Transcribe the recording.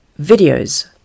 videos